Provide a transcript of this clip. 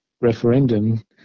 referendum